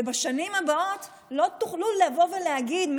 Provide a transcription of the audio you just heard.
ובשנים הבאות לא תוכלו לבוא ולהגיד,